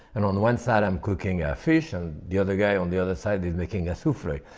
and on one side i'm cooking a fish and the other guy on the other side is making a souffle.